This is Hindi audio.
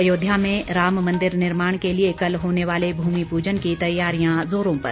अयोध्या में राम मंदिर निर्माण के लिए कल होने वाले भूमि पूजन की तैयारियां जोरों पर